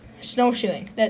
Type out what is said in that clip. snowshoeing